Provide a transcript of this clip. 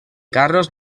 carros